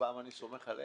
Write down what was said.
הפעם אני סומך עליך.